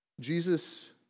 Jesus